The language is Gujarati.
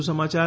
વધુ સમાયાર